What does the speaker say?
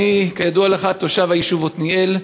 כידוע לך, אני תושב היישוב עתניאל.